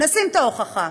נשים את ההוכחה.